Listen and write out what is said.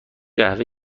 قهوه